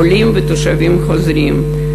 עולים ותושבים חוזרים,